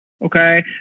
Okay